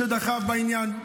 שדחף בעניין.